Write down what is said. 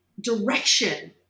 direction